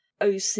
OC